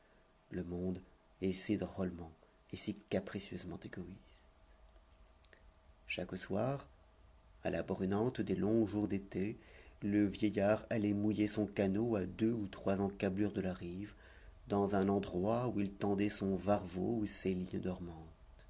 le monde est si drôlement et si capricieusement égoïste chaque soir à la brunante des longs jours d'été le vieillard allait mouiller son canot à deux ou trois encâblures de la rive dans un endroit où il tendait son varveau ou ses lignes dormantes